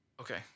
okay